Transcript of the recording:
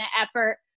effort